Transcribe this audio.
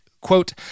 Quote